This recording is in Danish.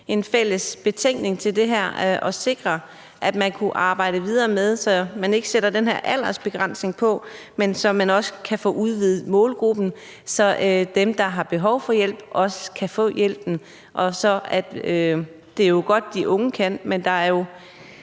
en fælles betænkning til det her og sikre, at man kunne arbejde videre med det, så man ikke sætter den her aldersbegrænsning på, men kan få udvidet målgruppen, så dem, der har behov for hjælp, også kan få hjælpen? Det er jo godt, de unge kan, men det er jo